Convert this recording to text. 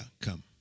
come